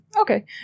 Okay